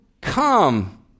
come